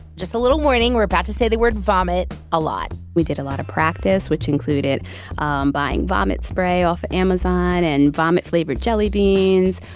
just a little warning we're about to say the word vomit a lot we did a lot of practice, which included um buying vomit spray off amazon and vomit-flavored jelly beans.